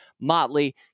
motley